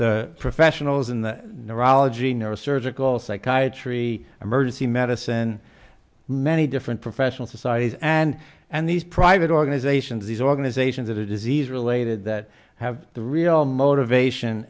the professionals in the neurology neurosurgical psychiatry emergency medicine many different professional societies and and these private organizations these organizations that are disease related that have the real motivation